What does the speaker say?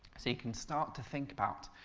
so you can start to think about,